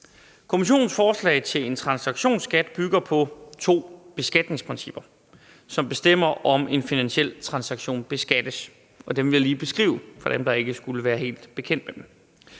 Kommissionens forslag til en transaktionsskat bygger på to beskatningsprincipper, som bestemmer, om en finansiel transaktion beskattes. Og dem vil jeg lige beskrive for dem, der ikke skulle være helt bekendt med dem.